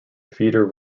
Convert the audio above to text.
feeder